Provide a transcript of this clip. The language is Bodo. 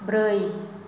ब्रै